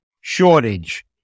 shortage